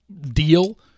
deal